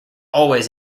always